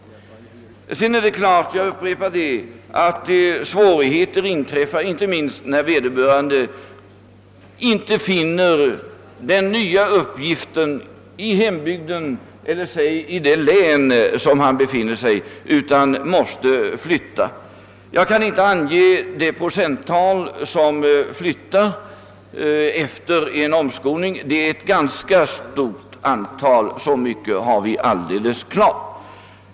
Jag upprepar att svårigheter kan uppstå, inte minst när vederbörande inte finner den nya uppgiften i hembygden eller i det län där han befinner sig utan måste flytta. Jag kan inte ange hur många procent av de omskolade som flyttar efter en omskolning, men så mycket är alldeles klart som att det är ett tämligen stort antal.